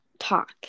talk